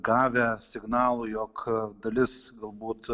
gavę signalų jog dalis galbūt